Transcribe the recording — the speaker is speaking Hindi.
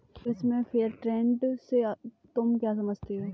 कृषि में फेयर ट्रेड से तुम क्या समझते हो?